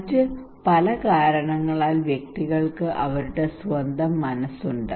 മറ്റ് പല കാരണങ്ങളാൽ വ്യക്തികൾക്ക് അവരുടെ സ്വന്തം മനസ്സുണ്ട്